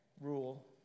rule